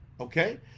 okay